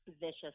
vicious